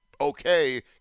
okay